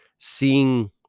seeing